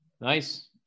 Nice